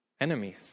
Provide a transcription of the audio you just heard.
enemies